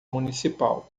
municipal